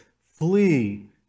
flee